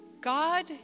God